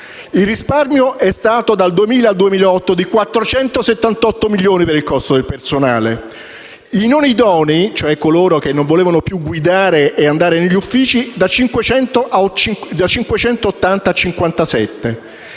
Il risparmio è stato, dal 2000 al 2008, di 478 milioni per il costo del personale. I non idonei, cioè coloro che non volevano più guidare ma andare negli uffici, sono